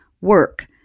work